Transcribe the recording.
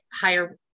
higher